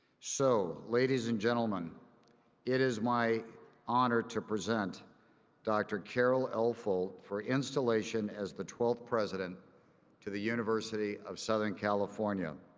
so, ladies and gentlemen it is my honor to present dr. carol l. folt for installation as the twelfth president of the university of southern california.